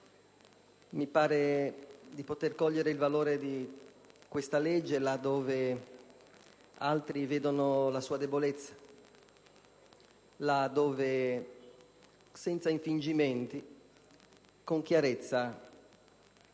Mi pare di poter cogliere il valore di questa legge, mentre altri vedono la sua debolezza, laddove, senza infingimenti, con chiarezza,